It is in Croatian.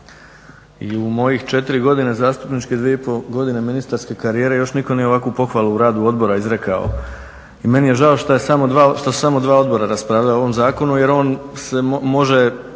i u mojih 4 godine zastupničke, 2,5 godine ministarske karijere još nitko nije ovakvu pohvalu o radu odbora izrekao i meni je žao što su samo dva odbora raspravljala o ovom zakonu jer on se može